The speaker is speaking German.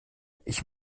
ich